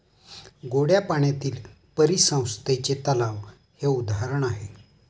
गोड्या पाण्यातील परिसंस्थेचे तलाव हे उदाहरण आहे